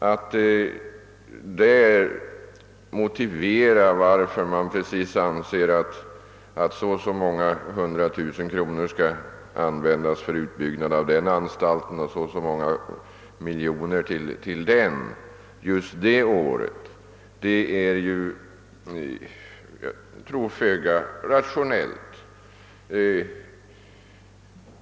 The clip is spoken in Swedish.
Att där motivera precis varför man anser att så och så många hundratusen kronor skall användas för utbyggnad av den ena anstalten och så många miljoner till den andra just det ifrågavarande året är, tror jag, föga rationellt.